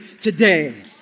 today